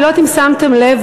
אני לא יודעת אם שמתם לב,